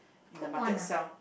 in the market sell